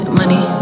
money